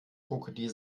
krokodil